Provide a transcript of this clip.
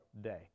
day